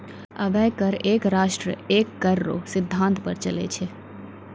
अबै कर एक राष्ट्र एक कर रो सिद्धांत पर चलै छै